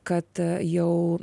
kad jau